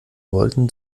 wollten